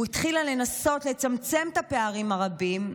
היא התחילה לנסות לצמצם את הפערים הרבים,